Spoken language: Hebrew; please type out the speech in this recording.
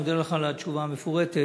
אני מודה לך על התשובה המפורטת,